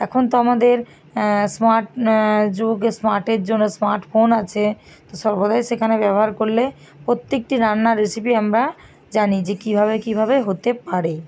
এখন তো আমাদের স্মার্ট যুগ স্মার্টের জন্য স্মার্টফোন আছে তো সর্বদাই সেখানে ব্যবহার করলে প্রত্যেকটি রান্নার রেসিপি আমরা জানি যে কীভাবে কীভাবে হতে পারে